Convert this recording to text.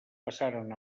passaren